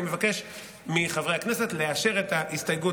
אני מבקש מחברי הכנסת לאשר את ההסתייגות